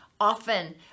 often